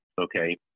Okay